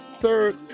Third